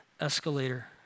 escalator